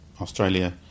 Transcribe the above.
Australia